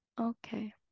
okay